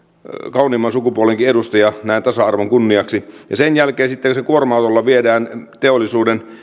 kauniimman sukupuolenkin edustaja näin tasa arvon kunniaksi ja sen jälkeen sitten se kuorma autolla viedään teollisuuden